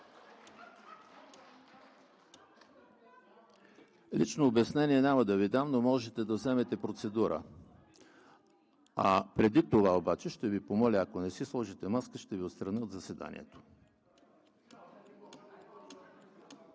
Лично обяснение няма да Ви дам, но можете да вземете процедура. Преди това обаче, ако не си сложите маска, ще Ви отстраня от заседанието.